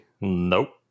Nope